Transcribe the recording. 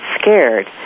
scared